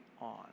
on